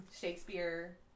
Shakespeare